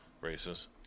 races